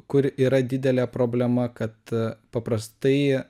kur yra didelė problema kad paprastai